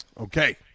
Okay